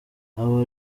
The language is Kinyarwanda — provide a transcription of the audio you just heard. abo